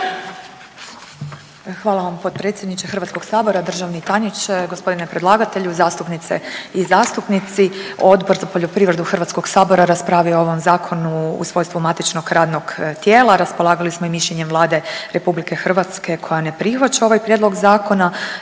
Hvala vam potpredsjedniče Hrvatskog sabora, državni tajniče, gospodine predlagatelju, zastupnice i zastupnici. Odbor za poljoprivredu Hrvatskog sabora raspravio je o ovom zakonu u svojstvu matičnog radnog tijela. Raspolagali smo i mišljenjem Vlade Republike Hrvatske koja ne prihvaća ovaj prijedlog zakona.